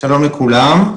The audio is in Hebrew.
שלום לכולם.